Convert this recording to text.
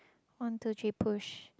one two three push